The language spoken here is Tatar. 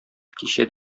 кичә